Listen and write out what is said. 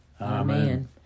Amen